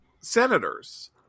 senators